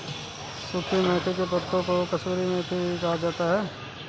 सुखी मेथी के पत्तों को कसूरी मेथी कहा जाता है